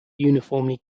uniformly